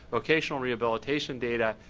vocational rehabilitation data,